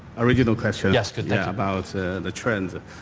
original question yeah about the trend.